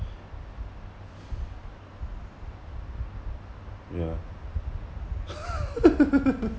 yeah